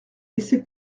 laisser